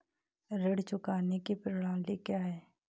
ऋण चुकाने की प्रणाली क्या है?